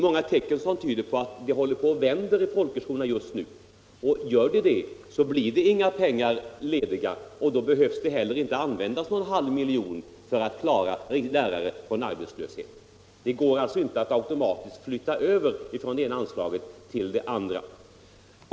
Många tecken tyder på att det håller på att vända i folkhögskolorna just nu, och om det gör det blir inga pengar lediga och då behöver inte heller någon halv miljon användas för att klara lärare från arbetslöshet. Det går alltså inte att automatiskt flytta över pengar från det ena anslaget till det andra.